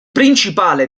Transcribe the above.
principale